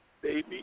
Baby